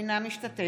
עאידה תומא סלימאן,